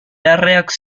normalmente